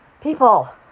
People